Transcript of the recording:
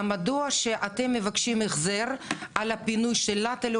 מדוע שאתם מבקשים החזר על הפינוי של אט"ן,